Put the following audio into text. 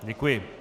Děkuji.